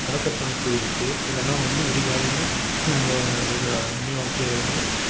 காக்கட்டான் பூ இருக்குது இதெல்லாம் வந்து விடிகாலையில் நாங்கள் ஒரு ஆறு மணி வாக்கில் எழுந்து